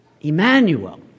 Emmanuel